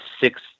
six